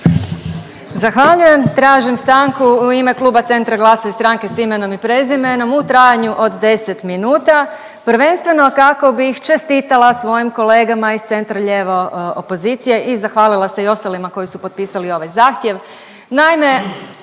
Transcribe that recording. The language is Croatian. Zahvaljujem. Tražim stanku u ime Kluba Centra, GLAS-a i Stranke s imenom i prezimenom u trajanju od 10 minuta prvenstveno kako bih čestitala svojim kolegama iz centra lijevo opozicije i zahvalila se i ostalima koji su potpisali ovaj zahtjev.